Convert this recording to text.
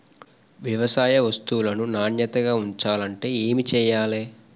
వ్యవసాయ వస్తువులను నాణ్యతగా ఉంచాలంటే ఏమి చెయ్యాలే?